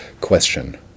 question